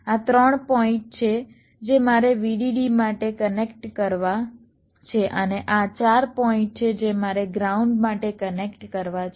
આ 3 પોઇન્ટ છે જે મારે VDD માટે કનેક્ટ કરવા છે અને આ 4 પોઇન્ટ છે જે મારે ગ્રાઉન્ડ માટે કનેક્ટ કરવા છે